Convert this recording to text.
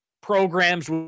programs